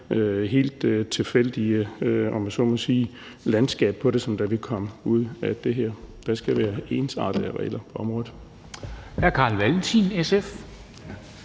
helt tilfældige, om jeg så må sige, måde at få landskaber på, som der vil komme ud af det her. Der skal være ensartede regler på området.